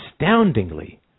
astoundingly